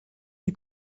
nie